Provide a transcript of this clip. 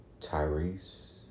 Tyrese